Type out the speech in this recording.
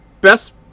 best